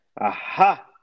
Aha